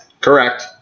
Correct